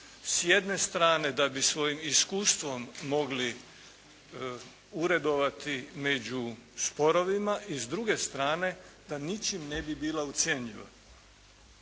s jedne strane da bi svojim iskustvom mogli uredovati među sporovima i s druge strane da ničim ne bi bila …/Govornik